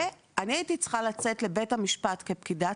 הייתי צריכה לצאת לבית המשפט כפקידת